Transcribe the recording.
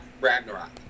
Ragnarok